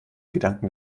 gedanken